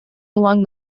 along